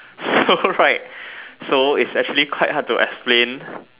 so right so it's actually quite hard to explain